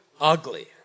ugly